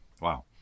wow